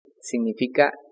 significa